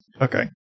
Okay